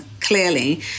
clearly